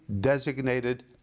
designated